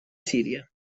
síria